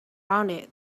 rounded